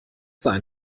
sein